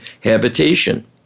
habitation